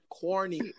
corny